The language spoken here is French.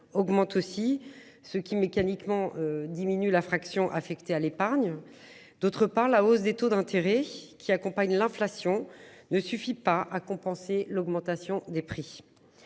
augmente aussi ce qui mécaniquement diminue la fraction affecté à l'épargne. D'autre part, la hausse des taux d'intérêt qui accompagne l'inflation ne suffit pas à compenser l'augmentation des prix.